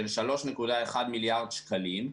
של 3.1 מיליארד שקלים,